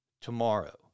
tomorrow